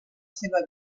seva